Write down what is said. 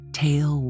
tail